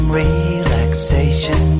relaxation